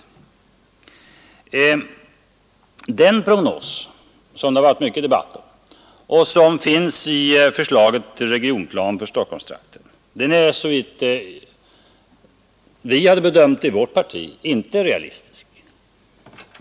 Den prognos som återfinns i förslaget till regionplan för Stockholmstrakten, och som det har varit mycket debatt om, är inte realistisk.